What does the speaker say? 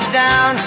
down